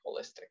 holistic